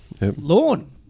Lawn